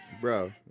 bro